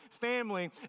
family